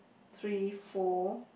three four